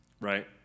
right